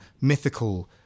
mythical